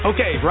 Okay